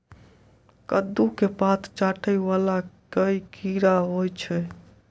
कद्दू केँ पात चाटय वला केँ कीड़ा होइ छै?